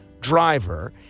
driver